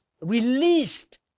released